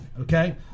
okay